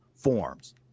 forms